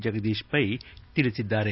ಜಗದೀಶ್ ಪೈ ತಿಳಿಸಿದ್ದಾರೆ